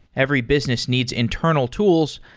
every business needs internal tools,